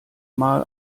mal